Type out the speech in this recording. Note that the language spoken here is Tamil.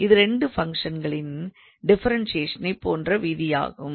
இது 2 ஃபங்க்ஷன்களின் டிஃபரன்சியேஷனை போன்ற விதி ஆகும்